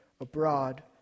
abroad